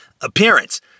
appearance